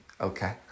okay